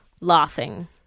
laughing